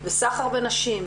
וסחר בנשים,